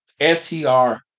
FTR